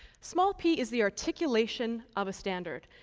small p is the articulation of a standard.